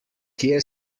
kje